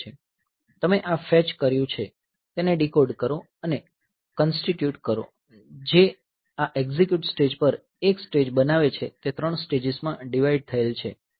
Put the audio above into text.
તમે આ ફેચ કર્યું છે તેને ડીકોડ કરો અને કંસ્ટીટ્યુટ કરો જે આ એક્ઝિક્યુટ સ્ટેજ પર એક સ્ટેજ બનાવે છે તે ત્રણ સ્ટેજીસમાં ડિવાઈડ થયેલ છે